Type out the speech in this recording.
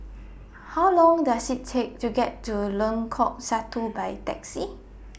How Long Does IT Take to get to Lengkok Satu By Taxi